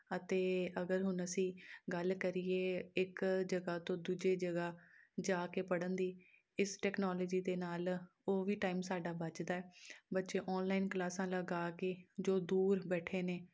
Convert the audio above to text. ਅਤੇ ਅਗਰ ਹੁਣ ਅਸੀਂ ਗੱਲ ਕਰੀਏ ਇੱਕ ਜਗ੍ਹਾ ਤੋਂ ਦੂਜੀ ਜਗ੍ਹਾ ਜਾ ਕੇ ਪੜ੍ਹਨ ਦੀ ਇਸ ਟੈਕਨੋਲਜੀ ਦੇ ਨਾਲ ਉਹ ਵੀ ਟਾਈਮ ਸਾਡਾ ਬਚਦਾ ਬੱਚੇ ਔਨਲਾਈਨ ਕਲਾਸਾਂ ਲਗਾ ਕੇ ਜੋ ਦੂਰ ਬੈਠੇ ਨੇ